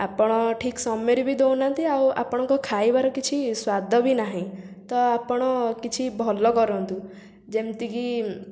ଆପଣ ଠିକ୍ ସମୟରେ ବି ଦେଉନାହାନ୍ତି ଆଉ ଆପଣଙ୍କ ଖାଇବାର କିଛି ସ୍ୱାଦ ବି ନାହିଁ ତ ଆପଣ କିଛି ଭଲ କରନ୍ତୁ ଯେମିତି କି